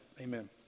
amen